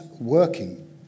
working